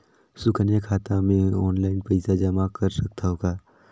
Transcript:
सुकन्या खाता मे ऑनलाइन पईसा जमा कर सकथव का?